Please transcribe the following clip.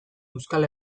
euskal